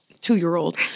two-year-old